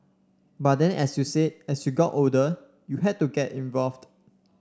but then as you said as you got older you had to get involved